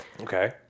Okay